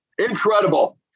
Incredible